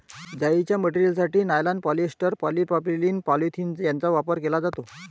जाळीच्या मटेरियलसाठी nylon, polyester, polypropylene, polyethylene यांचा वापर केला जातो